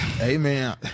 Amen